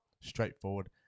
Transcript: straightforward